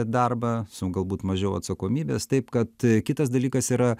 darbą su galbūt mažiau atsakomybės taip kad kitas dalykas yra